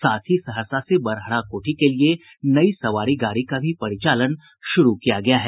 साथ ही सहरसा से बड़हरा कोठी के लिये नई सवारी गाड़ी का भी परिचालन शुरू किया गया है